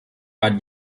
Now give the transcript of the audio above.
war